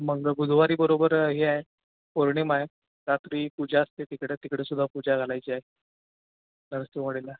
मग बुधवारी बरोबर हे आहे पौर्णिमा आहे रात्री पूजा असते तिकडं तिकडंसुद्धा पूजा घालायची आहे नरसोबावाडीला